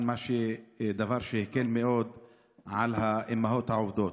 דבר אשר הקל מאוד על האימהות העובדות,